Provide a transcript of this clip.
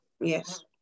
yes